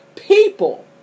people